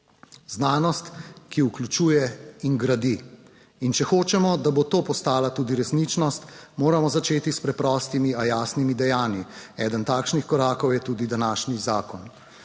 Znanost, ki vključuje in gradi. In če hočemo, da bo to postala tudi resničnost, moramo začeti s preprostimi, a jasnimi dejanji. Eden takšnih korakov je tudi današnji zakon.